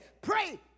pray